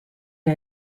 der